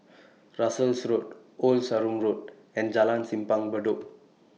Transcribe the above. Russels Road Old Sarum Road and Jalan Simpang Bedok